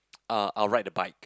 uh I'll ride the bike